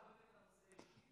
הוא ביקש לא לערבב את הנושא האישי,